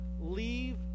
leave